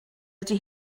ydy